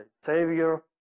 Savior